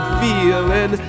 feeling